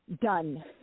Done